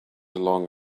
along